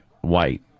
white